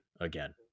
again